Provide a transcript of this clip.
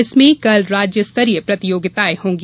इसमें कल राज्य स्तरीय प्रतियोगिताएँ होंगी